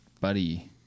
buddy